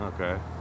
Okay